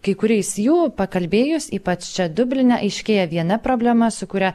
kai kuriais jų pakalbėjus ypač čia dubline aiškėja viena problema su kuria